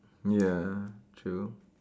ya true